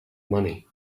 money